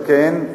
על כן,